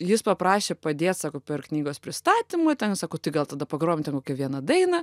jis paprašė padėt sako per knygos pristatymą ten sako tai gal tada pagrojam ten kokią vieną dainą